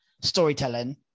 storytelling